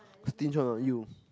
stinge on you